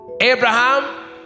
Abraham